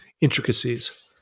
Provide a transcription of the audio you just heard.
intricacies